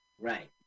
Right